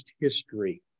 history